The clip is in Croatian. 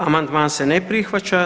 Amandman se ne prihvaća.